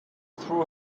threw